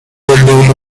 developer